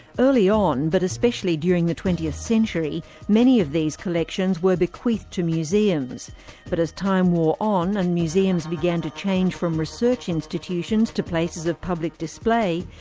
early on, but especially during the twentieth century, many of these collections were bequeathed to museums but as time wore on and museums began to change from research institutions to places of public display,